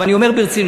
ואני אומר ברצינות.